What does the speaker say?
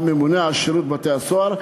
הממונה על שירות בתי-הסוהר,